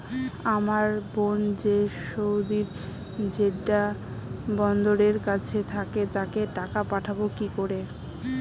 আমার বোন যে সৌদির জেড্ডা বন্দরের কাছে থাকে তাকে টাকা পাঠাবো কি করে?